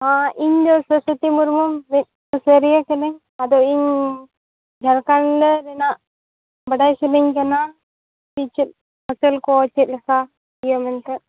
ᱦᱚᱸ ᱤᱧ ᱫᱚ ᱥᱚᱨᱚᱥᱚᱛᱤ ᱢᱩᱨᱢᱩ ᱢᱤᱫ ᱥᱩᱥᱟᱹᱨᱤᱭᱟᱹ ᱠᱟᱹᱱᱟᱹᱧ ᱟᱫᱚ ᱤᱧ ᱡᱷᱟᱲᱠᱷᱚᱸᱰ ᱨᱮᱱᱟᱜ ᱵᱟᱰᱟᱭ ᱥᱟᱱᱟᱹᱧ ᱠᱟᱱᱟ ᱡᱮ ᱪᱮᱫ ᱯᱷᱚᱥᱚᱞ ᱠᱚ ᱪᱮᱫ ᱞᱮᱠᱟ ᱤᱭᱟᱹ ᱢᱮᱱᱛᱮᱫ